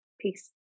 peace